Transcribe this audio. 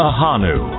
Ahanu